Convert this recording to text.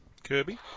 Kirby